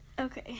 Okay